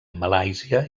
malàisia